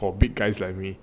for big guys like me